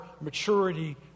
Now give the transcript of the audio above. maturity